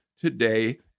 today